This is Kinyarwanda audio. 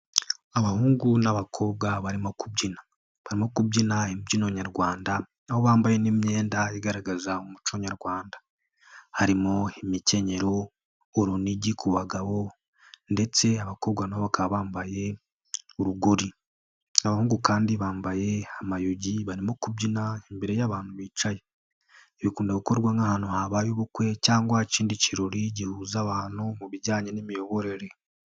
Abahungu n'abakobwa barimo kubyina, barimo kubyina imbyino nyarwanda, aho bambaye n'imyenda igaragaza umuco nyarwanda, harimo imikenyero, urunigi ku bagabo ndetse abakobwa na bo bakaba bambaye urugori, abahungu kandi bambaye amayugi barimo kubyina imbere y'abantu bicaye, bikunda gukorwa nk'ahantu habaye ubukwe cyangwa ikindi kirori gihuza abantu mu bijyanye n'imiyoborere.